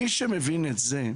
מי שמבין את זה,